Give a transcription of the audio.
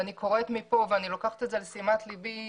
אני קוראת מפה ואני לוקחת את זה לתשומת לבי,